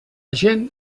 gent